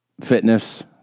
fitness